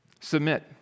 Submit